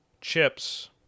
chips